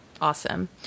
Awesome